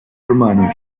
hermanos